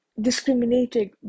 discriminated